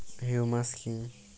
Humus কি?